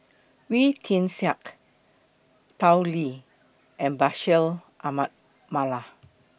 Wee Tian Siak Tao Li and Bashir Ahmad Mallal